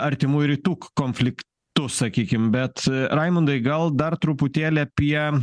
artimųjų rytų k konflik tu sakykim bet raimundai gal dar truputėlį apie